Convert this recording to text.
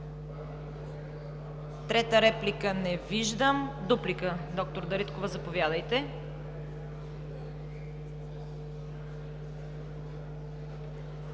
Трета реплика? Не виждам. Дуплика – доктор Дариткова, заповядайте.